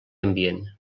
ambient